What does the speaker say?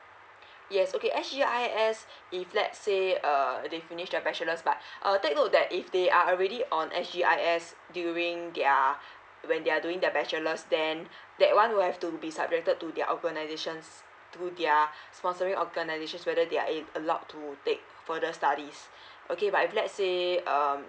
yes okay s g i s if let's say uh they finish their bachelors but I'll take note that if they are already on s g i s during their when they're doing their bachelor's then that one will have to be subjected to their organizations to their sponsoring organizations whether they are allowed to take for the studies okay but if let's say um